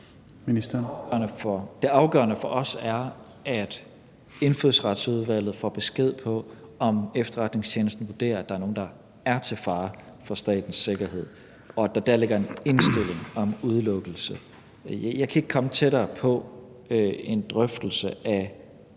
Det afgørende for os er, at Indfødsretsudvalget får besked på, om efterretningstjenesten vurderer, at der er nogen, der er til fare for statens sikkerhed, og at der ligger en indstilling om udelukkelse. Ja, jeg kan ikke komme tættere på en drøftelse af